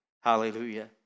Hallelujah